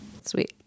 Sweet